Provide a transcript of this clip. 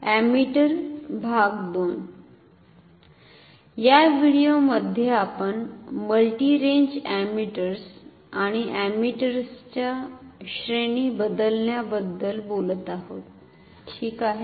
ammeter II या व्हिडीओमध्ये आपण मल्टी रेंज अमीटर्स आणि अमीटर्सच्या श्रेणी बदलण्याबद्दल बोलत आहोत ठीक आहे